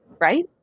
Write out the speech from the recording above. right